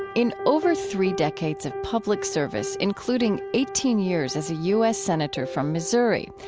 in over three decades of public service, including eighteen years as a u s. senator from missouri,